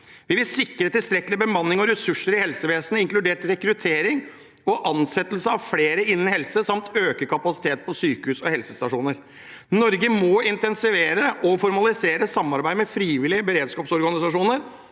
Vi vil sikre tilstrekkelig bemanning og ressurser i helsevesenet, inkludert rekruttering og ansettelse av flere innen helse samt øke kapasiteten på sykehus og helsestasjoner. Norge må intensivere og formalisere samarbeid med frivillige beredskapsorganisasjoner